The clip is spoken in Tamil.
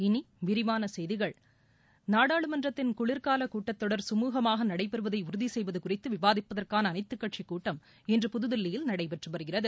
இனி விரிவான செய்திகள் நாடாளுமன்றத்தின் குளிர்கால கூட்டத்தொடர் சுமூகமாக நடைபெறுவதை உறுதி செய்வது குறித்து விவாதிப்பதற்கான அனைத்துக் கட்சி கூட்டம் இன்று புதுதில்லியில் நடைபெற்று வருகிறது